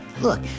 look